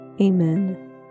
Amen